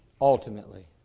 ultimately